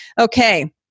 Okay